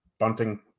Bunting